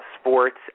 sports